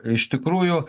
iš tikrųjų